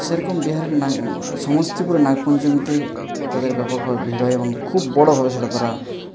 সেরকম বিহারের নাগ সমস্তিপুরের নাগপঞ্চমীতে তাদের ব্যাপকভাবে ভিড় হয় এবং খুব বড়োভাবে সেটা তারা